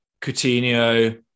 Coutinho